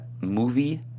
Movie